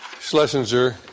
Schlesinger